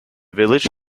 village